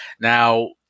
Now